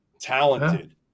talented